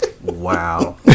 Wow